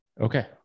Okay